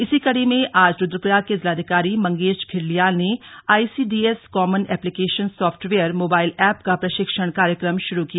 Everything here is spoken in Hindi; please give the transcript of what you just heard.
इसी कड़ी में आज रुद्रप्रयाग के जिलाधिकारी मंगेश घिल्डियाल ने ICDS common application software mobile app का प्रशिक्षण कार्यक्रम शुरू किया